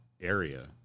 area